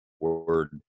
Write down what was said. word